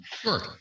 Sure